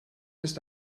ist